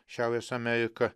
šiaurės amerika